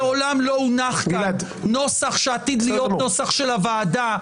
מעולם לא הונח כאן נוסח שעתיד להיות נוסח של הוועדה,